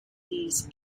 these